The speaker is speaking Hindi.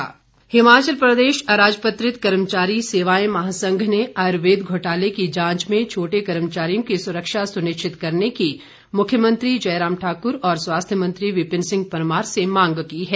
कर्मचारी हिमाचल प्रदेश अराजपत्रित कर्मचारी सेवाएं महासंघ ने आयुर्वेद घोटाले की जांच में छोटे कर्मचारियों की सुरक्षा सुनिश्चित करने की मुख्यमंत्री जयराम ठाक्र और स्वास्थ्य मंत्री विपिन परमार से मांग की है